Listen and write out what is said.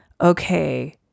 okay